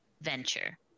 venture